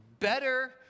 Better